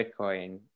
Bitcoin